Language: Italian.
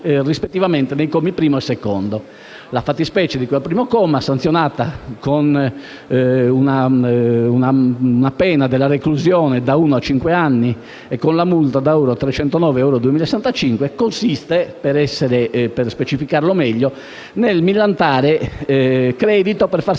rispettivamente nei commi primo e secondo. La fattispecie di cui al primo comma, sanzionata con la pena della reclusione da uno a cinque anni e con la multa da euro 309 a 2.065, consiste - per specificarlo meglio - nel millantare credito per farsi